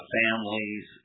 families